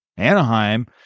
anaheim